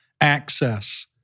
access